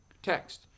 text